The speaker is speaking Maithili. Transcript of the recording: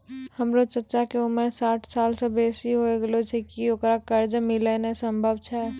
हमरो चच्चा के उमर साठ सालो से बेसी होय गेलो छै, कि ओकरा कर्जा मिलनाय सम्भव छै?